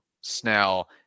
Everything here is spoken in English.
Snell